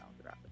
throughout